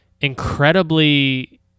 incredibly